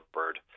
bird